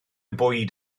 bwyd